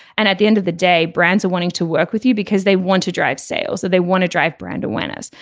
and at the end of the day brands are wanting to work with you because they want to drive sales so they want to drive brand awareness.